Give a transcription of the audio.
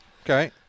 Okay